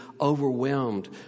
overwhelmed